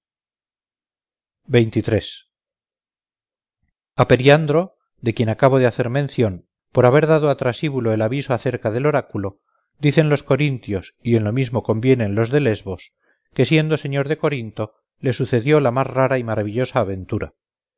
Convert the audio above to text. a periandro de quien acabo de hacer mención por haber dado a trasíbulo el aviso acerca del oráculo dicen los corintios y en lo mismo convienen los de lesbos que siendo señor de corinto le sucedió la más rara y maravillosa aventura